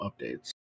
updates